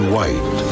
White